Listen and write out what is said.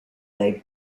they